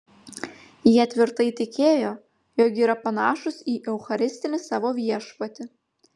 jie tvirtai tikėjo jog yra panašūs į eucharistinį savo viešpatį